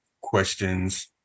questions